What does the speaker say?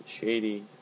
shady